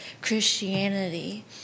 Christianity